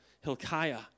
Hilkiah